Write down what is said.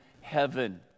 heaven